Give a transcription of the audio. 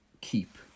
keep